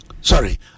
Sorry